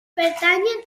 pertanyen